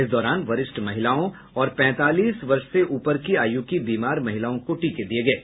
इस दौरान वरिष्ठ महिलाओं और पैंतालीस वर्ष से ऊपर की आयु की बीमार महिलाओं को टीके दिये गये